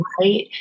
Right